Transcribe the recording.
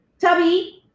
Tubby